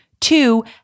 two